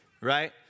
right